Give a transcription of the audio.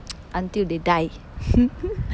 until they die